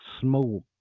smoke